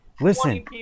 Listen